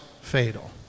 fatal